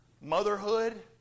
Motherhood